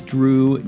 Drew